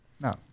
No